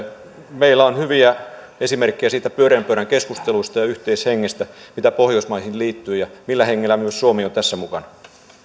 meillä on hyviä esimerkkejä siitä pyöreän pöydän keskustelusta ja yhteishengestä mitä pohjoismaihin liittyy ja millä hengellä myös suomi on tässä mukana